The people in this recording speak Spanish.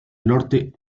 norte